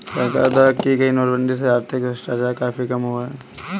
सरकार द्वारा की गई नोटबंदी से आर्थिक भ्रष्टाचार काफी कम हुआ है